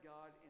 God